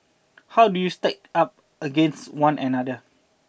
how do they stack up against one another